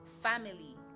Family